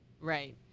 right